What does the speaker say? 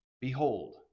Behold